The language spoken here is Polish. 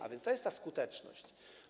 A więc to jest ta skuteczność.